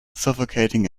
suffocating